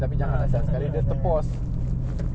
no jangan jangan lah